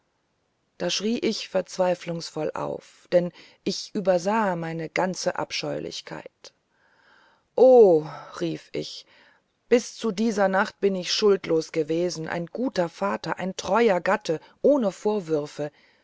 da schrie ich verzweiflungsvoll auf denn ich übersah meine ganze abscheulichkeit o rief ich bis zu dieser nacht bin ich schuldlos gewesen ein guter vater ein treuer gatte ohne vorwürfe